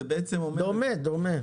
זה דומה.